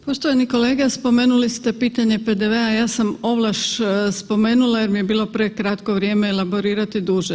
Poštovani kolega, spomenuli ste pitanje PDV-a, ja sam ovlaš spomenula jer mi je bilo prekratko vrijeme elaborirati duže.